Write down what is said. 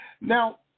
Now